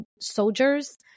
soldiers